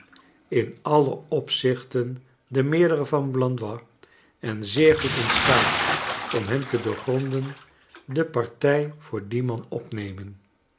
in alle opzichten de meerdere van blandois en zeer goed in staat om hem te doorgronden de partij voor dien man opnemen